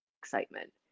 excitement